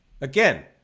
again